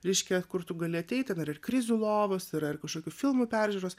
reiškia kur tik gali ateiti ar ir krizių lovos ir ar kažkokių filmų peržiūros